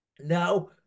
Now